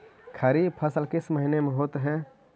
खरिफ फसल किस महीने में होते हैं?